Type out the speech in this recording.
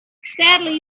sadly